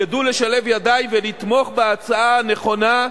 ידעו לשלב ידיים ולתמוך בהצעה הנכונה,